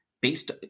based